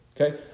okay